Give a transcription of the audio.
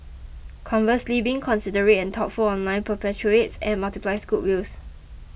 conversely being considerate and thoughtful online perpetuates and multiplies goodwills